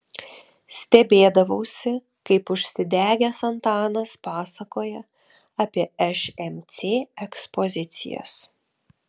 stebėdavausi kaip užsidegęs antanas pasakoja apie šmc ekspozicijas